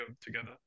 together